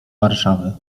warszawy